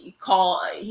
call